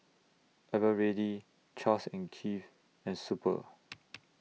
Eveready Charles and Keith and Super